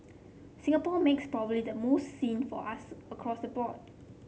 Singapore makes probably the most seen for us across the board